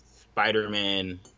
spider-man